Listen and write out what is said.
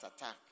attack